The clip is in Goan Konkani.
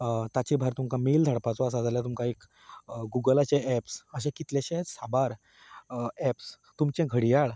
ताचे भायर तुमकां मेल धाडपाचो आसा जाल्यार तुमकां एक गुगलाचे ऍप्स अशे कितलेशेच साबार ऍप्स तुमचें घडयाळ